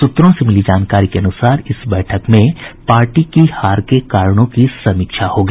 सूत्रों से मिली जानकारी के अनुसार इस बैठक में पार्टी की हार के कारणों की समीक्षा होगी